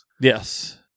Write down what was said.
Yes